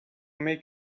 make